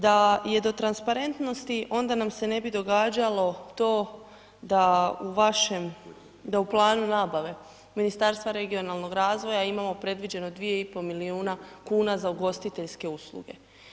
Da je do transparentnosti, onda nam se ne bi događalo, to da u vašem da u planu nabave Ministarstva regionalnog razvoja imamo predviđeno 2,5 milijuna kuna za ugostiteljske usluge.